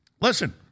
Listen